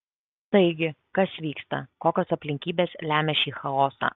taigi kas vyksta kokios aplinkybės lemia šį chaosą